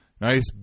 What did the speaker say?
Nice